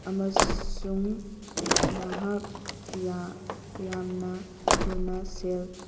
ꯑꯃꯁꯨꯡ ꯅꯍꯥꯛ ꯌꯥꯝꯅ ꯊꯨꯅ ꯁꯦꯜ